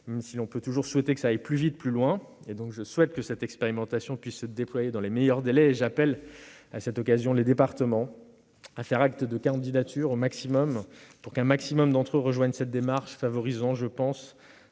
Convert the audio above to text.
même si l'on peut toujours souhaiter que cela aille plus vite et plus loin. Je souhaite que cette expérimentation puisse se déployer dans les meilleurs délais ; j'appelle à cette occasion les départements à faire acte de candidature pour que le plus grand nombre d'entre eux rejoignent cette démarche favorisant, me